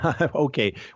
Okay